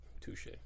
touche